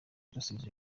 dusubiza